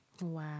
Wow